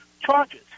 charges